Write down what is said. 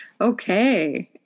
Okay